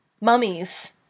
mummies